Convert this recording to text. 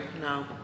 No